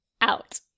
Out